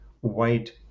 white